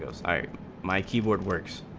ah site my keyboard works